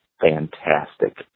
fantastic